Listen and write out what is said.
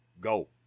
Go